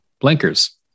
blinkers